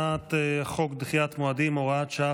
ההצעה להעביר את הצעת חוק דחיית מועדים (הוראת שעה,